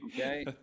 Okay